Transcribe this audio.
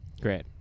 Great